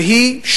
והיא,